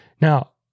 Now